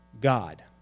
God